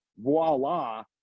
voila